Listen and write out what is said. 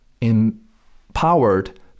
empowered